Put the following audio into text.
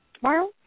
tomorrow